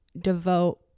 devote